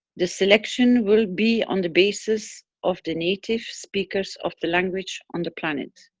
the selection will be on the basis of the native speakers of the language on the planet.